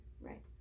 Right